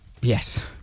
Yes